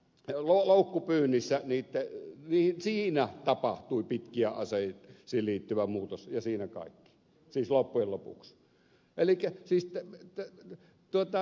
tuloloukkupyynnissä riittää siinä tapahtui pitkiä taisi tapahtua loukkupyynnissä ja siinä kaikki siis loppujen lopuks elikä siitä että nyt lopuksi